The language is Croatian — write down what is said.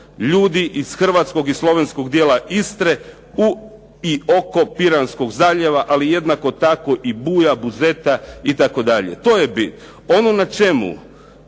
ljudi iz hrvatskog i slovenskog dijela Istre u i oko Piranskog zaljeva, ali jednako tako i Buja, Buzeta itd. to je bit. Ono na čemu